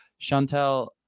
Chantel